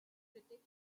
critics